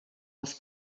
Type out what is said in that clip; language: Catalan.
els